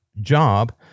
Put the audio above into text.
job